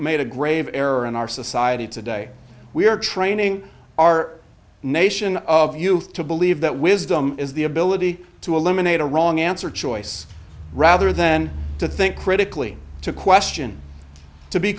made a grave error in our society today we are training our nation of youth to believe that wisdom is the ability to eliminate a wrong answer choice rather than to think critically to question to be